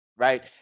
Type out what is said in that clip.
Right